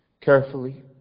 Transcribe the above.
carefully